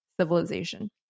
civilization